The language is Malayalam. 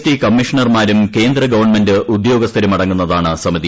ടീ കമ്മീഷണർമാരും കേന്ദ്രഗവൺമെന്റ് ഉദ്യോഗസ്ഥരും അടങ്ങുന്നതാണ് സമിതി